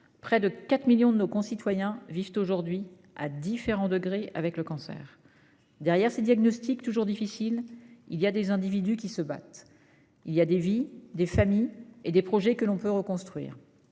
Près de 4 millions de nos concitoyens vivent aujourd'hui, à différents degrés, avec le cancer. Derrière les diagnostics, toujours difficiles, il y a des individus qui se battent. Il y a des vies, des familles et des projets que l'on peut reconstruire.